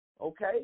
Okay